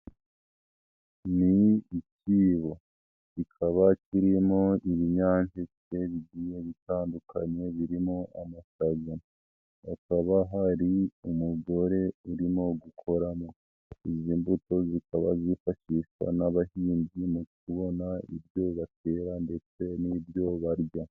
Ni icyibo kikaba kirimo ibinyampeke bigiye bitandukanye birimo amashaza, hakaba hari umugore urimo gukoramo, izi mbuto zikaba zifashishwa n'abahinzi mu kubona ibyo batera ndetse n'ibyo barya.